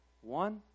One